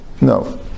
no